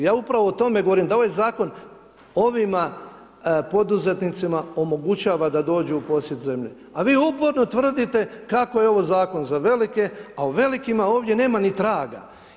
Ja upravo o tome govorim da ovaj zakon ovima poduzetnicima omogućava da dođu u posjed zemlje, a vi uporno tvrdite kako je ovo zakon za velike, a o velikima ovdje nema ni traga.